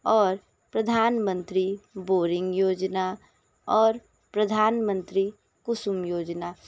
और प्रधानमंत्री बोरिंग योजना और प्रधानमंत्री कुसुम योजना